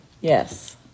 Yes